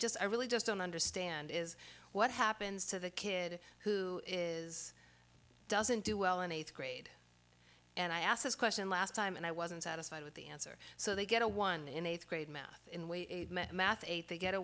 just i really just don't understand is what happens to the kid who is doesn't do well in eighth grade and i asked this question last time and i wasn't satisfied with the answer so they get a one in eighth grade math in way a math eight they get a